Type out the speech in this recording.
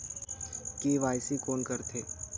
KYC कोन करथे?